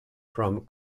from